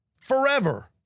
forever